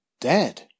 dead